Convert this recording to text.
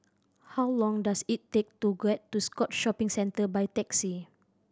how long does it take to get to Scotts Shopping Centre by taxi